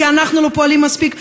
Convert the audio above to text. כי אנחנו לא פועלים מספיק,